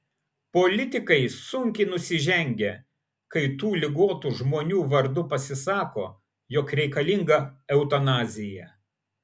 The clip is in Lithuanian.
politikai sunkiai nusižengia kai tų ligotų žmonių vardu pasisako jog reikalinga eutanazija